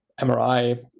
MRI